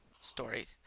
story